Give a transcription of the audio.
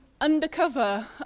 undercover